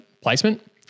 placement